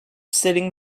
sitting